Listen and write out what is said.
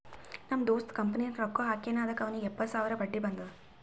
ನಮ್ ದೋಸ್ತ ಕಂಪನಿನಾಗ್ ರೊಕ್ಕಾ ಹಾಕ್ಯಾನ್ ಅದುಕ್ಕ ಅವ್ನಿಗ್ ಎಪ್ಪತ್ತು ಸಾವಿರ ಬಡ್ಡಿ ಬಂದುದ್